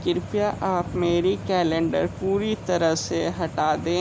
कृपया आप मेरी कैलेंडर पूरी तरह से हटा दें